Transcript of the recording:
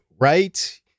right